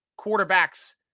quarterbacks